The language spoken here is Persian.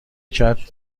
کرد